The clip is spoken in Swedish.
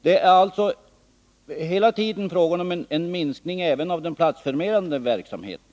Det är alltså fråga om en minskning även av den platsförmedlande verksamheten.